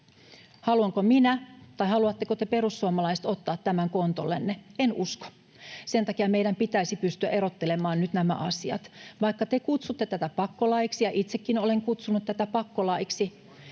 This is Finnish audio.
Haluanko minä tai haluatteko te, perussuomalaiset, ottaa tämän kontollenne? En usko. Sen takia meidän pitäisi pystyä erottelemaan nyt nämä asiat. Vaikka te kutsutte tätä pakkolaiksi ja itsekin olen kutsunut tätä pakkolaiksi,